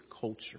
culture